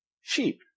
sheep